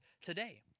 today